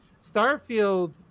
Starfield